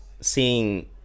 seeing